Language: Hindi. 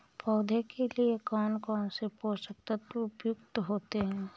पौधे के लिए कौन कौन से पोषक तत्व उपयुक्त होते हैं?